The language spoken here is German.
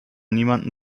niemanden